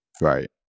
Right